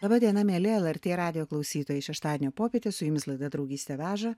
laba diena mieli lrt radijo klausytojai šeštadienio popietę su jumis laida draugystė veža